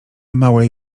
małej